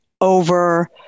over